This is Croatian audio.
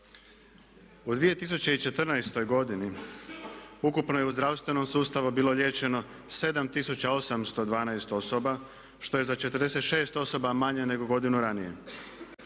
U 2014. godini ukupno je u zdravstvenom sustavu bilo liječeno 7812 osoba što je za 46 osoba manje nego godinu ranije.